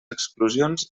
exclusions